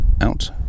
out